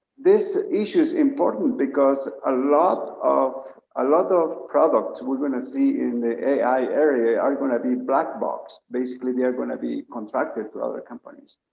this issue is important because a lot of ah lot of products we're gonna see in the ai area are gonna be black box, basically, they are gonna be contracted to other companies.